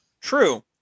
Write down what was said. True